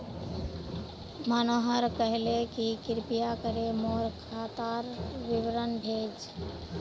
मनोहर कहले कि कृपया करे मोर खातार विवरण भेज